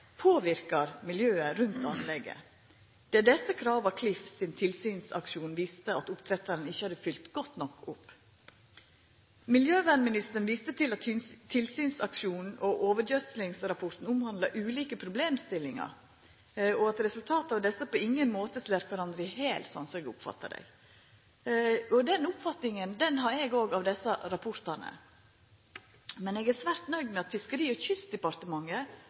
påverkar miljøet rundt anlegget. Det er desse krava Klif sin tilsynsaksjon viste at oppdrettarane ikkje hadde følgt godt nok opp. Miljøvernministeren viste til at tilsynsaksjonen og overgjødslingsrapporten omhandlar ulike problemstillingar, og at resultata av desse på ingen måte slår kvarandre i hel, slik eg oppfattar det. Den oppfatninga har eg òg av desse rapportane. Eg er svært nøgd med at Fiskeri- og kystdepartementet